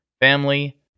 family